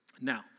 Now